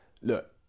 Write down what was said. Look